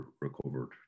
recovered